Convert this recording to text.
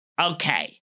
okay